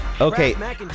Okay